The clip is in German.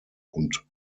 und